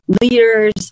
leaders